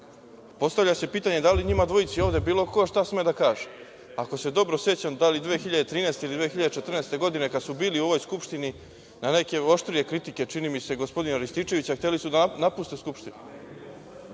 Jankovića? Postavlja se pitanje – da li njima dvojici ovde bilo ko šta sme da kaže? Ako se dobro sećam, da li 2013. ili 2014. godine kada su bili u ovoj Skupštini na neke oštrije kritike, čini mi se, gospodina Rističevića hteli su da napuste Skupštinu? Ja